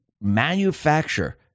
manufacture